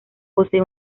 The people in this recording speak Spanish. posee